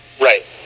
Right